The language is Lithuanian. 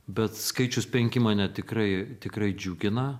bet skaičius penki mane tikrai tikrai džiugina